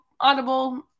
Audible